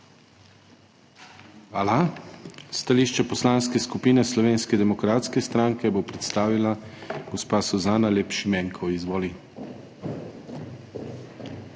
Hvala. Stališče Poslanske skupine Slovenske demokratske stranke bo predstavila gospa Suzana Lep Šimenko. Izvoli.